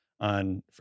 on